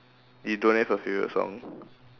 you don't have a favorite song